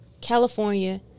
California